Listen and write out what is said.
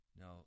Now